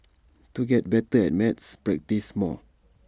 to get better at maths practise more